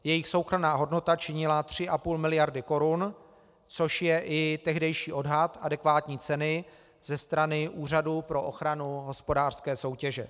Jejich souhrnná hodnota činila 3,5 miliardy korun, což je i tehdejší odhad adekvátní ceny ze strany Úřadu pro ochranu hospodářské soutěže.